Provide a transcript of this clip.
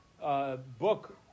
book